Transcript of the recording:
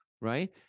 right